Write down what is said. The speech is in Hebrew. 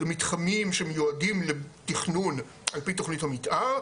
מתחמים שמיועדים לתכנון על פי תוכנית המתאר,